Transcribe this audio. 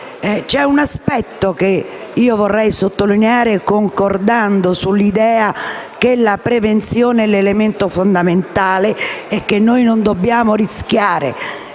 C'è un aspetto che vorrei sottolineare, concordando sull'idea che la prevenzione sia l'elemento fondamentale e che non dobbiamo rischiare